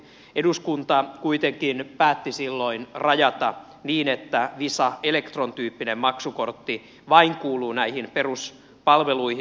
eduskunta kuitenkin päätti silloin rajata niin että vain visa electron tyyppinen maksukortti kuuluu näihin peruspalveluihin